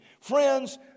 Friends